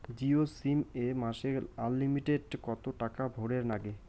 Jio sim এ মাসে unlimited কত টাকা ভরের নাগে?